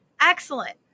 Excellent